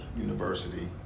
University